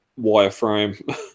wireframe